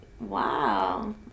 wow